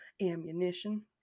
ammunition